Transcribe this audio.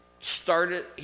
started